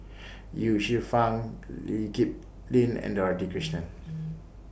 Ye Shufang Lee Kip Lin and Dorothy Krishnan